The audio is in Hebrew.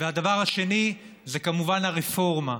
והדבר השני זה כמובן הרפורמה.